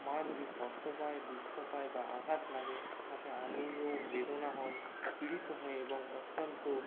মা যদি কষ্ট পায় দুঃখ পায় বা আঘাত লাগে তাকে বেদনা হয় পীড়িত হয় এবং অত্যন্ত